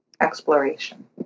exploration